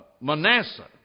Manasseh